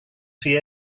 see